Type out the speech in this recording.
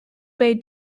bay